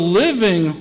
living